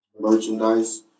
merchandise